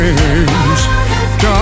God